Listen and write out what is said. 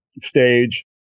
stage